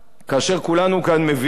כאשר כולנו כאן מבינים